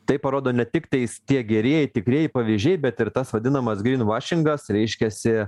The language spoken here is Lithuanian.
tai parodo ne tiktais tie gerieji tikrieji pavyzdžiai bet ir tas vadinamas grinvašingas reiškiasi